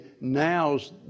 now's